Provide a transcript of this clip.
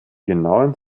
genauen